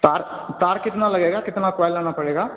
तार तार कितना लगेगा कितना क्वायल लाना पड़ेगा